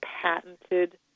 patented